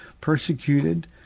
persecuted